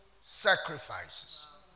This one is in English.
sacrifices